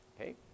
Okay